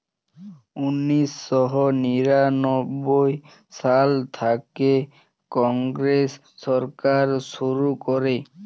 উনিশ শ নিরানব্বই সাল থ্যাইকে কংগ্রেস সরকার শুরু ক্যরে